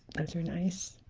and are nice